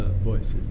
voices